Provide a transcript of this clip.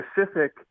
specific